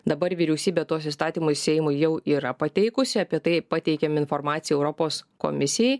dabar vyriausybė tuos įstatymus seimui jau yra pateikusi apie tai pateikėm informaciją europos komisijai